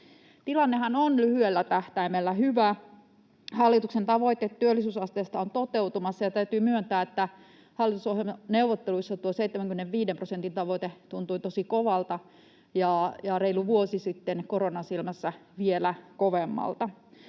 Tilannehan on lyhyellä tähtäimellä hyvä. Hallituksen tavoite työllisyysasteesta on toteutumassa, ja täytyy myöntää, että hallitusohjelmaneuvotteluissa tuo 75 prosentin tavoite tuntui tosi kovalta ja reilu vuosi sitten koronan silmässä vielä kovemmalta.